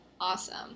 Awesome